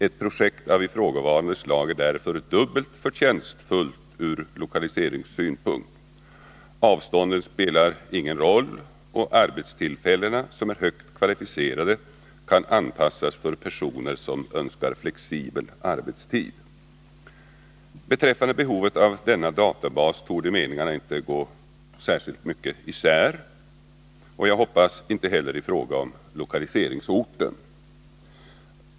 Ett projekt av ifrågavarande slag är därför dubbelt förtjänstfullt ur lokaliseringssynpunkt. Avstånden spelar ingen roll, och arbetstillfällena, som här högt kvalificerade, kan anpassas för personer som Önskar flexibel arbetstid. Beträffande behovet av denna databas torde meningarna inte gå isär särskilt mycket, och jag hoppas att de inte heller gör det i fråga om lokaliseringsorten.